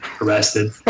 arrested